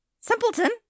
simpleton